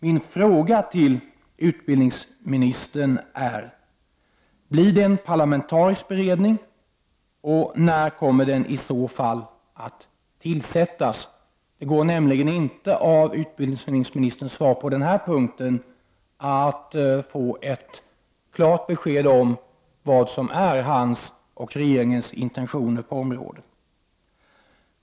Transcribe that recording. Min fråga till utbildningsministern är: Blir det en parlamentarisk beredning, och när kommer den i så fall att tillsättas? Det går nämligen inte på den här punkten att av utbildningsministerns svar få ett klart besked om vad som är hans och regeringens intentioner på området.